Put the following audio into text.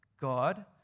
God